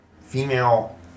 female